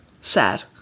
sad